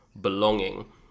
belonging